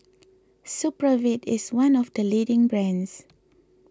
Supravit is one of the leading brands